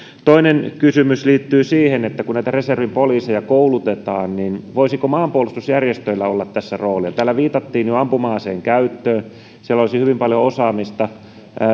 toinen kysymys liittyy siihen että kun näitä reservin poliiseja koulutetaan voisiko maanpuolustusjärjestöillä olla tässä roolia täällä viitattiin jo ampuma aseen käyttöön siellä olisi hyvin paljon osaamista